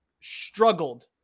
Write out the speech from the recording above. struggled